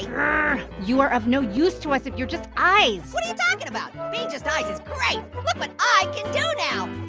you are of no use to us if you're just eyes. what are you talkin' about? being just eyes is great. look what eye can do now.